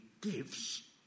gives